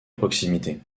proximité